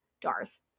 Darth